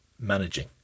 managing